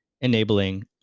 enabling